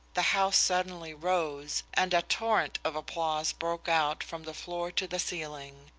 the house suddenly rose, and a torrent of applause broke out from the floor to the ceiling.